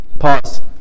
Pause